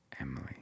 Emily